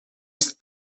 ist